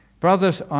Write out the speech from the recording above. Brothers